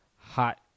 hot